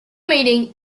meeting